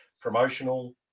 promotional